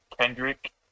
Kendrick